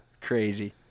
crazy